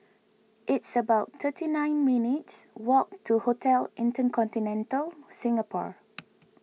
it's about thirty nine minutes walk to Hotel Inter Continental Singapore